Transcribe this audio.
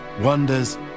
wonders